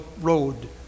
Road